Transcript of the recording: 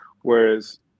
whereas